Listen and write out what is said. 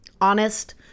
Honest